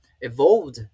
evolved